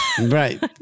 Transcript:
Right